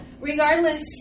Regardless